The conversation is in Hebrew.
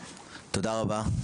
תודה רבה.